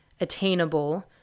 attainable